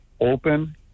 open